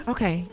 Okay